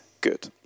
good